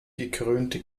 gekrönte